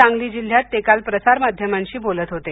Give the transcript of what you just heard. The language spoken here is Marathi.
सांगली जिल्ह्यात ते काल प्रसारमाध्यमांशी बोलत होते